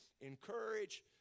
Encourage